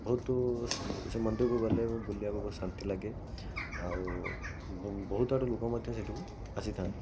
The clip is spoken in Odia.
ବହୁତ ସେଇ ମନ୍ଦିରକୁ ଗଲେ ବୁଲିବାକୁ ବହୁତ ଶାନ୍ତି ଲାଗେ ଆଉ ବହୁତ ଆଡ଼ୁ ଲୋକ ମଧ୍ୟ ସେଠିକୁ ଆସିଥାନ୍ତି